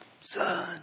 son